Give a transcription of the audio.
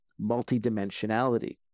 multidimensionality